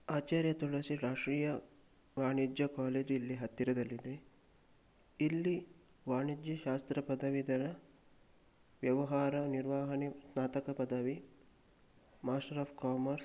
ಆಚಾರ್ಯ ತುಳಸಿ ರಾಷ್ಟ್ರೀಯ ವಾಣಿಜ್ಯ ಕಾಲೇಜು ಇಲ್ಲಿ ಹತ್ತಿರದಲ್ಲಿದೆ ಇಲ್ಲಿ ವಾಣಿಜ್ಯಶಾಸ್ತ್ರ ಪದವೀಧರ ವ್ಯವಹಾರ ನಿರ್ವಹಣೆ ಸ್ನಾತಕ ಪದವಿ ಮಾಸ್ಟರ್ ಆಫ್ ಕಾಮರ್ಸ್